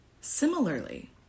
Similarly